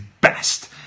best